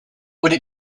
would